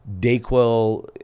Dayquil